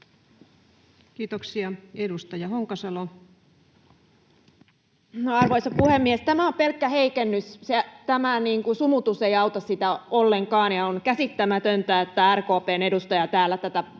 laeiksi Time: 17:21 Content: Arvoisa puhemies! Tämä on pelkkä heikennys, tämä sumutus ei auta sitä ollenkaan. On käsittämätöntä, että RKP:n edustaja täällä tätä puolustaa.